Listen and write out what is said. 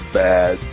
bad